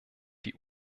die